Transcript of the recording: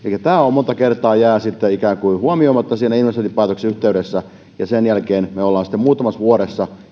tämä monta kertaa jää ikään kuin huomioimatta siinä investointipäätöksen yhteydessä ja sen jälkeen tulevat sitten myöskin muutamassa vuodessa